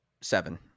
seven